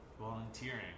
volunteering